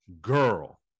girl